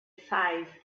size